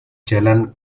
jalan